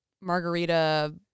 margarita